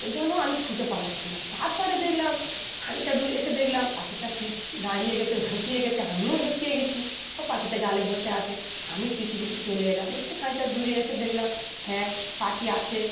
ওই জন্য আমি ছুটে পালাচ্ছিলাম তারপরে দেখলাম খানিকটা দূরে এসে দেখলাম পাখিটা পি দাঁড়িয়ে গেছে হাঁপিয়ে গেছে আমিও হাঁপিয়ে গিয়েছি ও পাখিটা ডালে বসে আছে আমি পিছু পিছু চলে এলাম এসে খানিটা দূরে এসে দেখলাম হ্যাঁ পাখি আছে